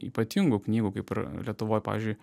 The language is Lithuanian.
ypatingų knygų kaip ir lietuvoj pavyzdžiui